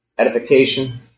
edification